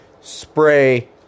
spray